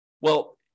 Well-